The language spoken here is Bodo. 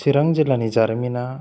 चिरां जिल्लानि जारिमिना